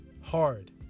hard